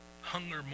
hunger